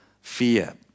fear